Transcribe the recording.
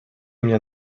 mnie